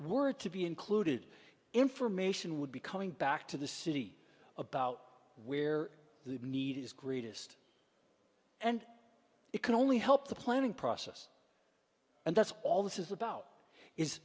were to be included information would be coming back to the city about where the need is greatest and it can only help the planning process and that's all this is about is